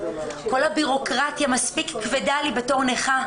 כל הביורוקרטיה מספיק כבדה לי בתור נכה.